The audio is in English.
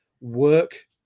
work